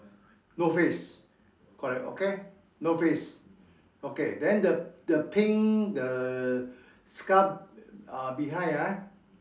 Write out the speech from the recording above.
no face correct okay no face okay then the the pink the scarf uh behind ah